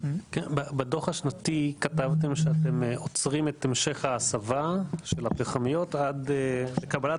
בדו"ח השנתי כתבתם שאתם עוצרים את המשך ההסבה של הפחמיות עד לקבלת